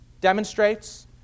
demonstrates